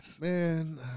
Man